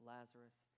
Lazarus